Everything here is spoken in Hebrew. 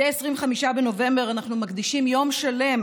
מדי 25 בנובמבר אנחנו מקדישים יום שלם